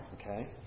okay